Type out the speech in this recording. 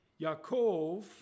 Yaakov